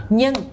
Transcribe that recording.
nhưng